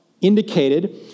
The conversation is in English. indicated